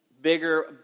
bigger